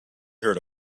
heard